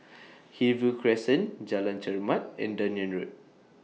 Hillview Crescent Jalan Chermat and Dunearn Road